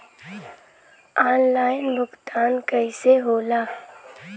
Online भुगतान कईसे होला?